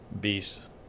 beast